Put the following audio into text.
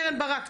קרן ברק,